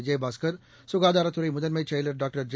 விஜயபாஸ்கர் ககாதாரத் துறைமுதன்மைச் செயலர் டாக்டர் ஜெ